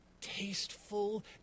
tasteful